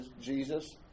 Jesus